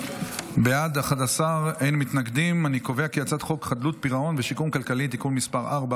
להעביר את הצעת חוק חדלות פירעון ושיקום כלכלי (תיקון מס' 4,